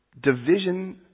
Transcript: Division